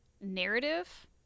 narrative